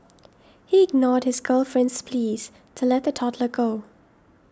he ignored his girlfriend's pleas to let the toddler go